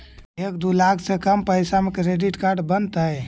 एक दू लाख से कम पैसा में क्रेडिट कार्ड बनतैय?